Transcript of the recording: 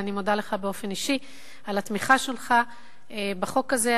ואני מודה לך באופן אישי על התמיכה שלך בחוק הזה.